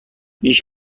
بیش